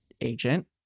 agent